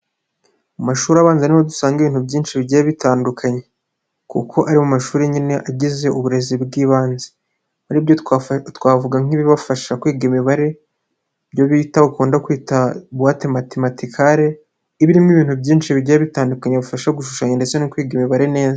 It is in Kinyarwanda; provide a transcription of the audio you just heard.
Mu mashuri abanza ni ho dusanga ibintu byinshi bigiye bitandukanye kuko ari mu mashuri nyine agize uburezi bw'ibanze, muri byo twavuga nk'ibibafasha kwiga imibare ibyo bita bakunda kwita buwate matematikale, iba irimo ibintu byinshi bigiye bitandukanye bifasha gushushanya ndetse no kwiga imibare neza.